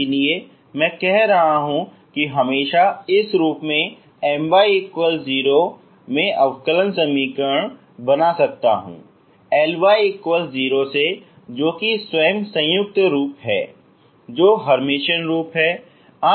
इसलिए मैं कह रहा हूं कि मैं हमेशा इस रूप My0 में अवकलन समीकरण बना सकता हूं Ly 0 से जो की स्वयं संयुक्त रूप है जो हेर्मिशियन रूप हैं